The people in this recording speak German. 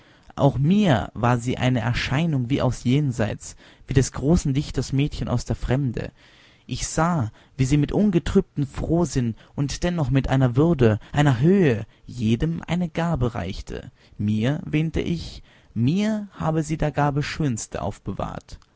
auch mir war sie eine erscheinung wie aus jenseits wie des großen dichters mädchen aus der fremde ich sah wie sie mit ungetrübtem frohsinn und dennoch mit einer würde einer höhe jedem eine gabe reichte mir wähnte ich mir habe sie der gaben schönste aufbewahrt ach